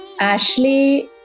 Ashley